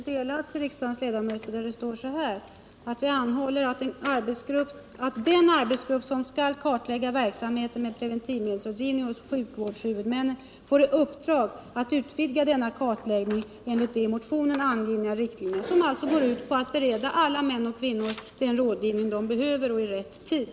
Herr talman! I det yrkande som är utdelat till riksdagens ledamöter står det att vpk anhåller att den arbetsgrupp som skall kartlägga verksamheten hos sjukvårdshuvudmännen får i uppdrag att utvidga denna kartläggning enligt de i motionen angivna riktlinjerna. Yrkandet går alltså ut på att man skall söka bereda alla män och kvinnor den rådgivning de behöver och i rätt tid.